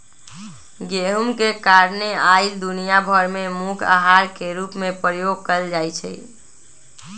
गेहूम के कारणे आइ दुनिया भर में मुख्य अहार के रूप में प्रयोग कएल जाइ छइ